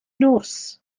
nos